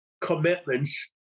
commitments